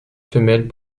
femelles